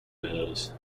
meadows